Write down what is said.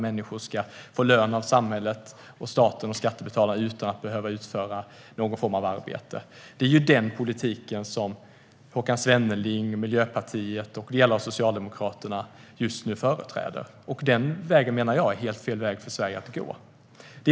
Människor ska få lön av samhället, staten och skattebetalarna utan att behöva utföra någon form av arbete. Det är den politik som Håkan Svenneling, Miljöpartiet och delar av Socialdemokraterna företräder. Jag menar att det är helt fel väg för Sverige att gå.